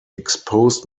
exposed